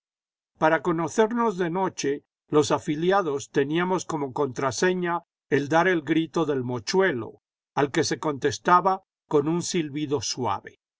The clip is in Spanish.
para conocernos de noche los afiliados teníamos como contraseña el dar el grito del mochuelo al que se contestaba con un silbido suave